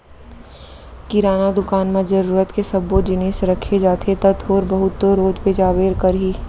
किराना दुकान म जरूरत के सब्बो जिनिस रखे जाथे त थोर बहुत तो रोज बेचाबे करही